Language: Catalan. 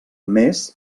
més